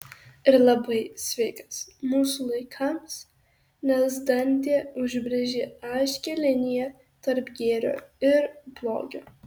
ir labai sveikas mūsų laikams nes dantė užbrėžia aiškią liniją tarp gėrio ir blogio